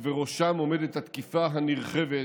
ובראשם עומדת התקיפה הנרחבת